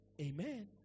Amen